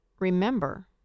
Remember